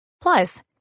Plus